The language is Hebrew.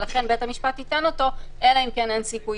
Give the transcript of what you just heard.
לכן בית המשפט ייתן אותו אלא אם כן אין סיכוי